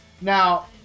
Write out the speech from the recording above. Now